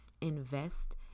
invest